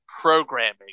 programming